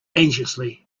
anxiously